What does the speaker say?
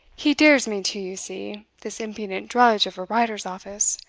he dears me too, you see, this impudent drudge of a writer's office,